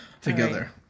together